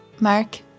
Mark